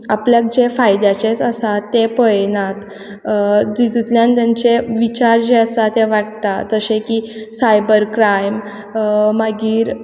आपल्याक जें फायद्याचेंच आसा तें पयनात तितूंतल्यान तेंचें विचार जे आसा ते वाडटात जशे की सायबर क्रायम मागीर